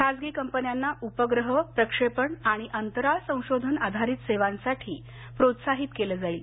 खाजगी कंपन्यांना उपग्रह प्रक्षेपण आणि अंतराळ संशोधन आधारित सेवांसाठी प्रोत्साहित केलं जाईल